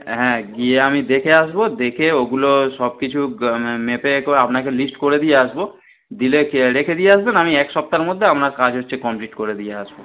হ্যাঁ গিয়ে আমি দেখে আসবো দেখে ওগুলো সব কিছু ক মেপে করে আপনাকে লিস্ট করে দিয়ে আসবো দিলে রেখে দিয়ে আসবেন আমি এক সপ্তাহের মধ্যে আপনার কাজ হচ্ছে কমপ্লিট করে দিয়ে আসবো